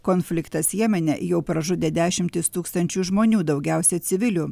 konfliktas jemene jau pražudė dešimtis tūkstančių žmonių daugiausiai civilių